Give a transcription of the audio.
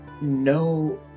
no